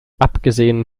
abgesehen